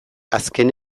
azken